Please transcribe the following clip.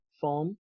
form